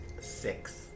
six